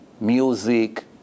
music